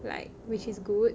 like which is good